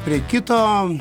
prie kito